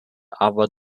aber